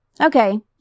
Okay